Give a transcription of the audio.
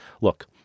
Look